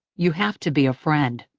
you have to be a friend.